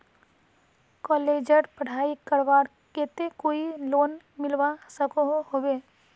कॉलेजेर पढ़ाई करवार केते कोई लोन मिलवा सकोहो होबे?